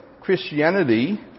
Christianity